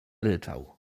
ryczał